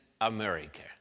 America